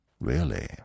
Really